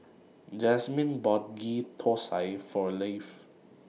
Jazmine bought Ghee Thosai For Lafe